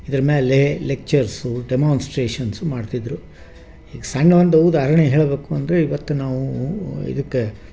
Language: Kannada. ಇದರ ಮೇಲೆ ಲೆಕ್ಚರ್ಸು ಡೆಮೋನ್ಸ್ಟ್ರೇಷನ್ಸು ಮಾಡ್ತಿದ್ದರು ಈಗ ಸಣ್ಣ ಒಂದು ಉದಾಹರಣೆ ಹೇಳಬೇಕು ಅಂದರೆ ಇವತ್ತು ನಾವು ಇದಕ್ಕೆ